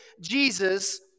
Jesus